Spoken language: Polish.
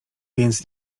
więc